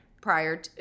prior